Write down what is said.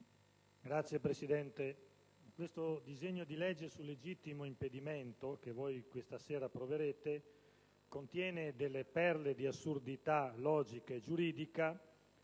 Signora Presidente, il disegno di legge sul legittimo impedimento, che voi questa sera approverete, contiene delle perle di assurdità logica e giuridica,